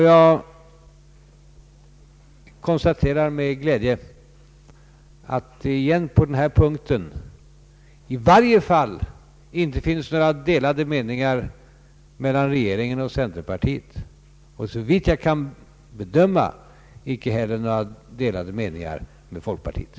Jag konstaterar med glädje att det åter, i varje fall på denna punkt, inte föreligger delade meningar mellan regeringen och centerpartiet och, såvitt jag kan bedöma, inte heller mellan regeringen och folkpartiet.